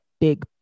big